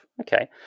okay